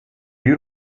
you